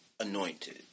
anointed